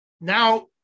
now